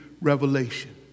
revelation